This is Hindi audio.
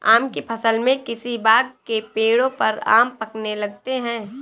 आम की फ़सल में किसी बाग़ के पेड़ों पर आम पकने लगते हैं